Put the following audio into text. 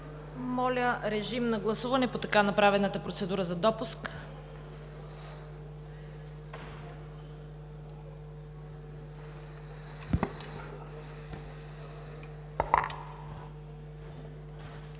Моля режим на гласуване по така направената процедура за допуск.